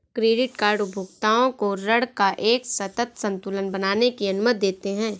credit card उपभोक्ताओं को ऋण का एक सतत संतुलन बनाने की अनुमति देते हैं